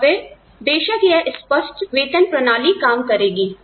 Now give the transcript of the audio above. और फिर बेशक यह स्पष्ट वेतन प्रणाली काम करेगी